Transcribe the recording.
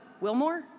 Wilmore